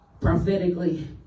prophetically